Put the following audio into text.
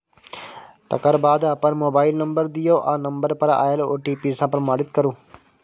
तकर बाद अपन मोबाइल नंबर दियौ आ नंबर पर आएल ओ.टी.पी सँ प्रमाणित करु